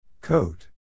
Coat